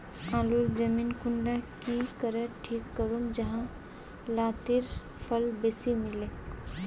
आलूर जमीन कुंडा की करे ठीक करूम जाहा लात्तिर फल बेसी मिले?